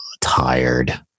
tired